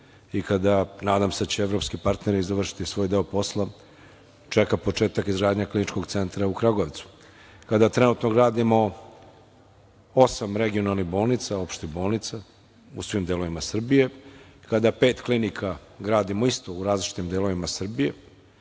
i kada, nadam se da će evropski partneri završiti svoj deo posla, čeka početak izgradnje Kliničko centra u Kragujevcu. Sada trenutno gradimo osam regionalnih bolnica, opštih bolnica u svim delovima Srbije. Kada pet klinika gradimo isto u različitim delovima Srbije,